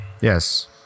Yes